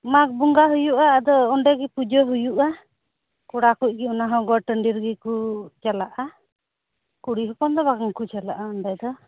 ᱢᱟᱜᱽ ᱵᱚᱸᱜᱟ ᱦᱩᱭᱩᱜᱼᱟ ᱟᱫᱚ ᱚᱸᱰᱮ ᱜᱮ ᱯᱩᱡᱟᱹ ᱦᱩᱭᱩᱜᱼᱟ ᱠᱚᱲᱟ ᱠᱚᱜᱮ ᱚᱱᱟ ᱦᱚᱸ ᱜᱚᱴ ᱴᱟᱺᱰᱤ ᱨᱮᱜᱮ ᱠᱚ ᱪᱟᱞᱟᱜᱼᱟ ᱠᱩᱲᱤ ᱦᱚᱯᱚᱱ ᱫᱚ ᱵᱟᱝ ᱠᱚ ᱪᱟᱞᱟᱜᱼᱟ ᱚᱸᱰᱮ ᱫᱚ